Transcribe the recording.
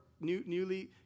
newly